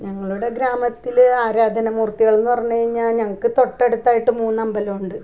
ഞങ്ങളുടെ ഗ്രാമത്തിൽ ആരാധന മൂർത്തികളെന്ന് പറഞ്ഞു കഴിഞ്ഞാൽ ഞങ്ങൾക്ക് തൊട്ടടുത്തായിട്ട് മൂന്ന് അമ്പലമുണ്ട്